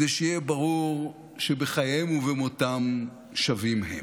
כדי שיהיה ברור שבחייהם ובמותם שווים הם.